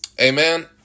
Amen